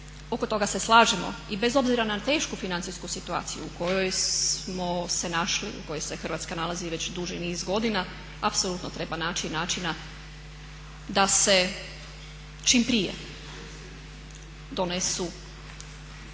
oko toga se slažemo i bez obzira na tešku financijsku situaciju u kojoj smo se našli, u kojoj se Hrvatska nalazi već duži niz godina apsolutno treba naći načina da se čim prije donesu